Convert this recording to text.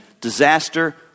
disaster